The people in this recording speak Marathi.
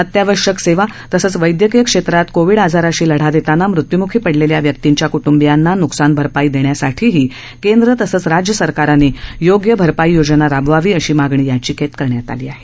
अत्यावश्यक सेवा तसंच वैद्यकीय क्षेत्रात कोविड आजाराशी लढा देताना मृत्यूमुखी पडलेल्या व्यक्तींच्या क्टंबियांना न्कसान भरपाई देण्यासाठीही केंद्र तसंच राज्य सरकारांनी योग्य भरपाई योजना राबवावी अशी मागणी याचिकेत करण्यात आली आहे